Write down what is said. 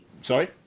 sorry